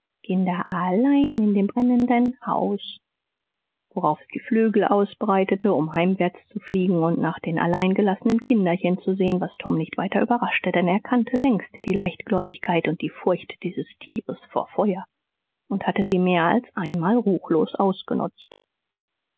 kinder allein in dem brennenden haus worauf es die flügel ausbreitete um heimwärts zu fliegen und nach den allein gelassenen kinderchen zu sehen was tom nicht weiter überraschte denn er kannte längst die leichtgläubigkeit und die furcht dieses tieres vor feuer und hatte sie mehr als einmal ruchlos ausgenutzt